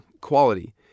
quality